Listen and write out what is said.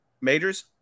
Majors